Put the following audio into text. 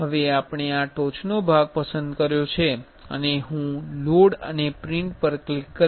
હવે આપણે આ ટોચનો ભાગ પસંદ કર્યો છે અને હું લોડ અને પ્રિન્ટ પર ક્લિક કરીશ